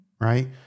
right